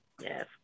Yes